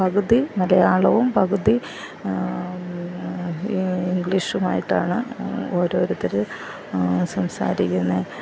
പകുതി മലയാളവും പകുതി ഇംഗ്ലീഷ് ആയിട്ടാണ് ഓരോരുത്തര് സംസാരിക്കുന്നത്